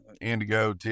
indigo